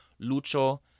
Lucho